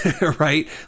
right